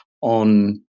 on